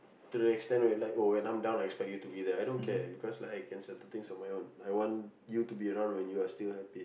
to the extent where like oh when I'm done I expect you to be there I don't care because I can settle things on my own I want you to be around when you are still happy